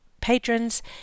patrons